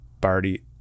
party